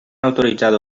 autoritzada